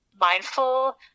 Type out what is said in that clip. mindful